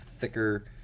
thicker